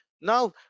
now